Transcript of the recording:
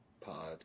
Pod